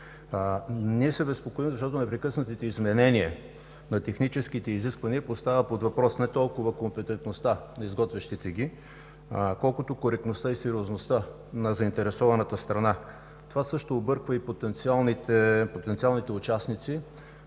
Ние се безпокоим, защото непрекъснатите изменения на техническите изисквания поставят под въпрос не толкова компетентността на изготвящите ги, колкото коректността и сериозността на заинтересованата страна. Това също обърква потенциалните участници,